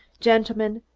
gentlemen,